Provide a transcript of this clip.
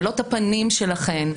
ולא את הפנים שלכן,